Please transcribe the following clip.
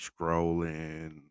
scrolling